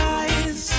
eyes